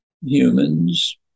humans